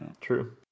True